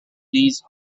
these